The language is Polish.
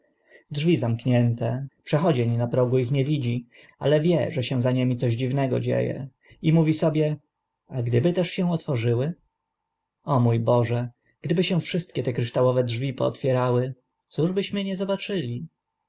drzwi zamknięte przechodzień na progu ich nic nie widzi ale wie że się za nimi coś dziwnego dzie e i mówi sobie a gdyby się też otworzyły o mó boże gdyby się wszystkie te kryształowe drzwi pootwierały cóż byśmy nie zobaczyli